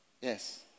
Yes